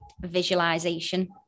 visualization